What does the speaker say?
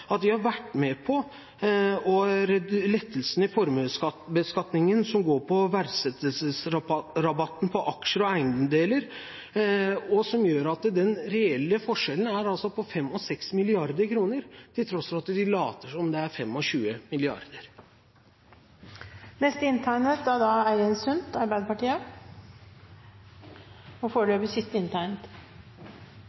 at de har vært med på lettelsene i formuesbeskatningen som går på verdsettelsesrabatten for aksjer og eiendeler, som gjør at den reelle forskjellen er på 5 og 6 mrd. kr, til tross for at de later som om det er 25 mrd. kr. Statsråden går opp her og sier at han trodde vi skulle diskutere lokaldemokratiet og